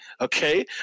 okay